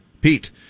Pete